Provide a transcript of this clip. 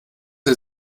der